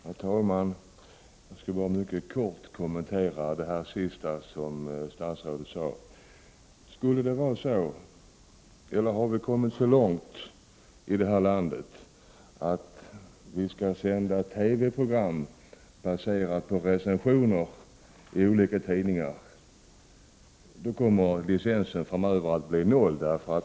Herr talman! Jag skall bara mycket kort kommentera statsrådets senaste uttalande. Har vi kommit så långt i det här landet att vi skall sända TV-program som är baserade på recensioner i olika tidningar, kommer licensen framöver att bli noll.